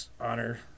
honor